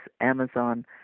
Amazon